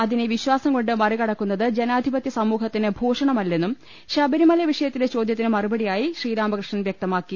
അതിനെ വിശ്വാസംകൊണ്ട് മറികടക്കുന്നത് ജനാധിപത്യ സമൂഹത്തിന് ഭൂഷണമല്ലെന്നും ശബരിമല വിഷയത്തിലെ ചോദ്യത്തിന് മറുപടിയായി ശ്രീരാമകൃഷ്ണൻ വ്യക്തമാക്കി